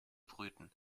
brüten